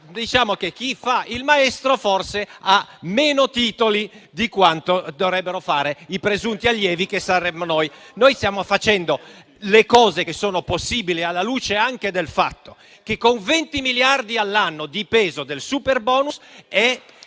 chi fa il maestro forse ha meno titoli dei presunti allievi, che saremmo noi. Noi stiamo facendo le cose che sono possibili alla luce anche del fatto che, con 20 miliardi all'anno di peso del superbonus